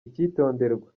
icyitonderwa